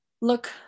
Look